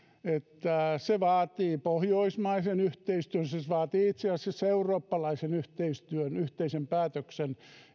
se vaatii pohjoismaisen yhteistyön se vaatii itse asiassa eurooppalaisen yhteistyön yhteisen päätöksen